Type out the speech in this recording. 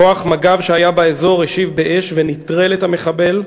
כוח מג"ב שהיה באזור השיב אש ונטרל את המחבל,